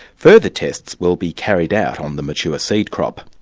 further tests will be carried out on the mature seed crop.